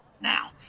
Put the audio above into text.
Now